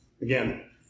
again